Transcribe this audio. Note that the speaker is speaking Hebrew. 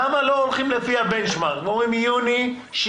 למה לא הולכים לפי ה- benchmark ואומרים יוני 21'?